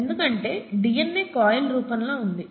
ఎందుకంటే DNA coil రూపంలో ఉంది